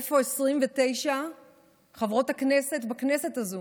איפה 29 חברות הכנסת בכנסת הזו?